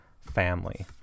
family